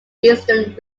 southeastern